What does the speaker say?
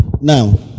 Now